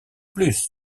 plus